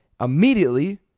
Immediately